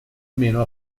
meno